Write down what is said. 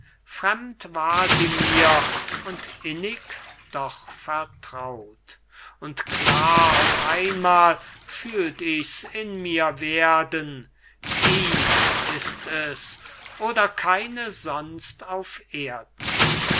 fremd war sie mir und innig doch vertraut und klar auf einmal fühlt ich's in mir werden die ist es oder keine sonst auf erden